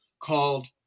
called